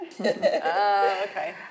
okay